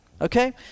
okay